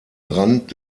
rand